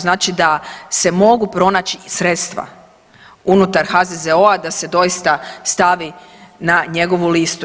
Znači da se mogu pronaći sredstva unutar HZZO-a da se doista stavi na njegovu listu.